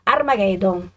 Armageddon